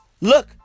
look